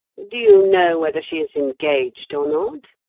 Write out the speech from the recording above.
do you know whether she is engaged or not?